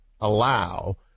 allow